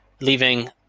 leaving